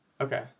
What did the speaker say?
Okay